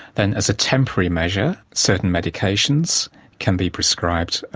then as a temporary measure certain medications can be prescribed,